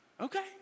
Okay